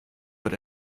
but